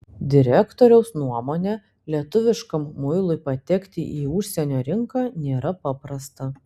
direktoriaus nuomone lietuviškam muilui patekti į užsienio rinką nėra paprasta